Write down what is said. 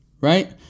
right